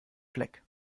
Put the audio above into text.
fleck